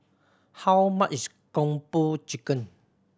how much is Kung Po Chicken